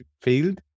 field